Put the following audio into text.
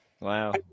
Wow